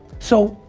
so,